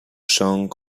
song